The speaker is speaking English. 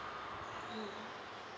hmm